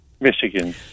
Michigan